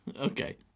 okay